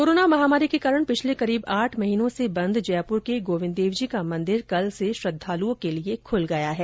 corona महामारी के कारण पिछले करीब आठ महीनों से बंद जयपुर के गोविंद देवजी का मंदिर कल से श्रद्धालुओं के लिए खुल गया है